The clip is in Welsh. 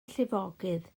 llifogydd